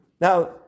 Now